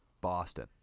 Boston